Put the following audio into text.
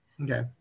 okay